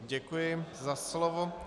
Děkuji za slovo.